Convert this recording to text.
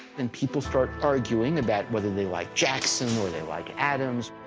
and people start arguing about whether they like jackson or they like adams.